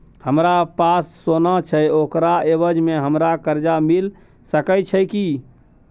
हमरा पास सोना छै ओकरा एवज में हमरा कर्जा मिल सके छै की?